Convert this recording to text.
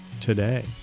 today